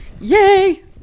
yay